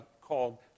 called